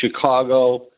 Chicago